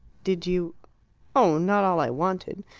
did you oh, not all i wanted.